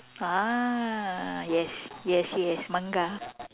ah yes yes yes Manga